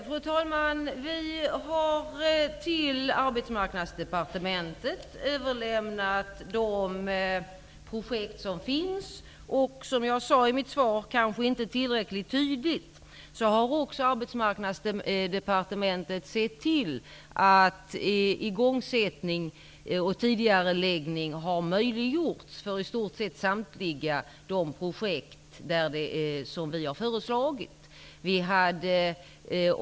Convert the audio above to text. Fru talman! Vi har till Arbetsmarknadsdepartementet överlämnat de projekt som finns. Jag sade kanske inte tillräckligt tydligt i mitt svar att Arbetsmarknadsdepartementet också har sett till att igångsättning och tidigareläggning har möjliggjorts för i stort sett samtliga de projekt som vi har föreslagit.